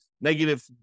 negative